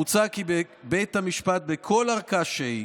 מוצע כי בכל ערכאה שהיא